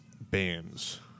bands